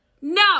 no